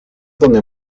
donde